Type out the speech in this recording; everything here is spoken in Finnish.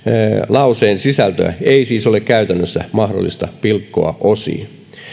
lauseen sisältöä ei siis ole käytännössä mahdollista pilkkoa osiin